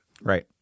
Right